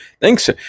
thanks